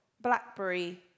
blackberry